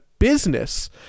business